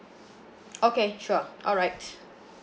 okay sure alright